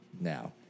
now